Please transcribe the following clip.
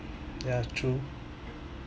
ya true